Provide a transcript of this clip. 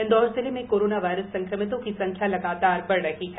इंदौर जिले में corona virus संक्रमितों की संख्या लगातार बढ़ रही है